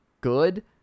good